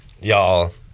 Y'all